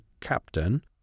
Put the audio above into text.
Captain